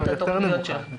היא יותר נמוכה.